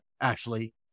Ashley